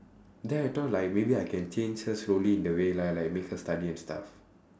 then I thought like maybe I can change her slowly in the way lah like make her study and stuff